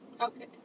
Okay